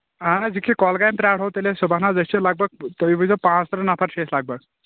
اَہَن حظ یہِ کہِ کۅلگامہِ پرٛارہو تیٚلہِ أسۍ صُبحن حظ أسۍ چھِ لگ بگ تُہۍ بوٗزتو پانٛژترٕٛہ نفر چھِ أسۍ لگ بگ